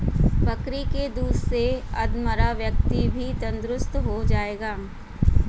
बकरी के दूध से अधमरा व्यक्ति भी तंदुरुस्त हो जाएगा